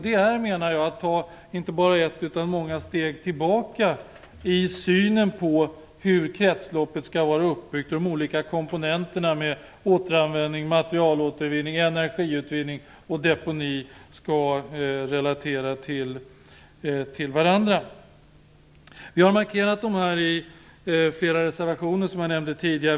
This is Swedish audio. Det är att ta inte bara ett utan många steg tillbaka i synen på hur kretsloppet skall vara uppbyggt, hur de olika komponenterna - återanvändning, materialåtervinning, energiutvinning och deponering - skall relateras till varandra. Vi har markerat detta i flera reservationer, som jag nämnde tidigare.